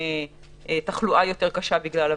שהווירוס יוצר תחלואה יותר קשה.